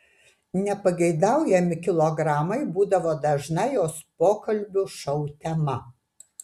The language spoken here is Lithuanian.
nepageidaujami kilogramai būdavo dažna jos pokalbių šou tema